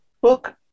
book